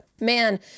man